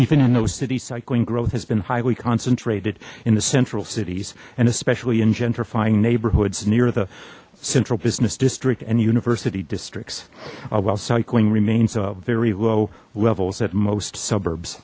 those city cycling growth has been highly concentrated in the central cities and especially in gentrifying neighborhoods near the central business district and university districts while cycling remains a very low levels at most suburbs